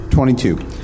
Twenty-two